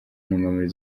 ntungamubiri